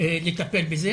לטפל בזה,